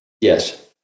Yes